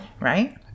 right